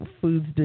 foods